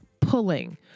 pulling